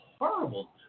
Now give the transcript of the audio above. horrible